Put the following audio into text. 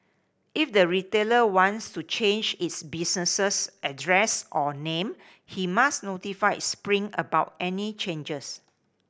if the retailer wants to change its business address or name he must notify Spring about any changes